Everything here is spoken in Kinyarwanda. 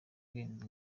zirenze